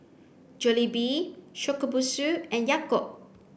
Jollibee Shokubutsu and Yakult